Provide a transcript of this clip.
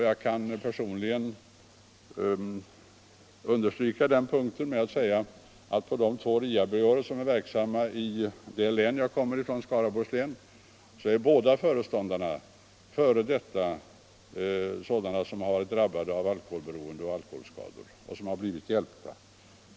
Jag kan personligen understryka detta med att säga att på de två RIA-byråer som är verksamma i det län jag kommer ifrån — Skaraborgs län — är båda föreståndarna personer som tidigare varit drabbade av alkoholberoende och alkoholskador och som har blivit hjälpta.